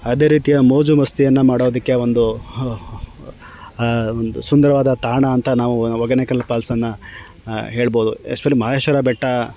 ಯಾವುದೇ ರೀತಿಯ ಮೋಜು ಮಸ್ತಿಯನ್ನು ಮಾಡೋದಕ್ಕೆ ಒಂದು ಹ ಆ ಒಂದು ಸುಂದರವಾದ ತಾಣ ಅಂತ ನಾವು ಹೊಗೇನಕಲ್ ಫಾಲ್ಸನ್ನು ಹೇಳ್ಬೋದು ಆ್ಯಕ್ಚುಲಿ ಮಹದೇಶ್ವರ ಬೆಟ್ಟ